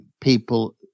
people